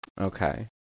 Okay